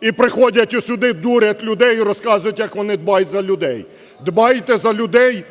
і приходять сюди, дурять людей і розказують, як вони дбають за людей. Дбаєте за людей